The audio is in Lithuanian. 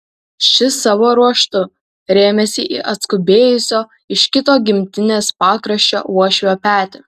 šis savo ruoštu rėmėsi į atskubėjusio iš kito gimtinės pakraščio uošvio petį